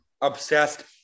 obsessed